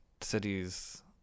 cities